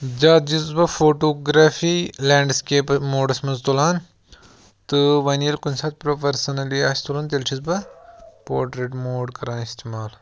جیادٕ چھُس بہٕ photography landscape موڈَس منٛز تُلان تہٕ وۄنۍ ییٚلہِ کُنہِ ساتہٕ پرٛو پٔرسنلی آسہِ تُلُن تیٚلہِ چھُس بہٕ پورٹرٛیٹ موڈ کران استعمال